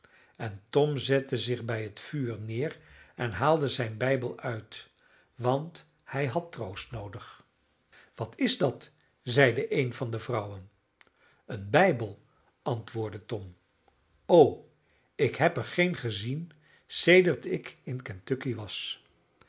en tom zette zich bij het vuur neer en haalde zijn bijbel uit want hij had troost noodig wat is dat zeide een van de vrouwen een bijbel antwoordde tom o ik heb er geen gezien sedert ik in kentucky was